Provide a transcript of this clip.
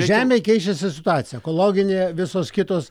žemėj keičiasi situacija ekologinė visos kitos